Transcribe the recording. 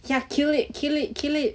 ya kill it kill it kill it